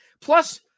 Plus